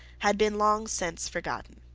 had been long since forgotten.